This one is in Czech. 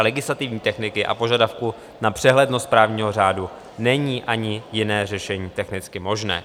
Z hlediska legislativní techniky a požadavku na přehlednost právního řádu není ani jiné řešení technicky možné.